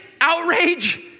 Outrage